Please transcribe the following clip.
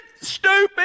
stupid